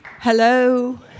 Hello